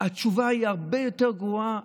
התשובה היא הרבה יותר גרועה,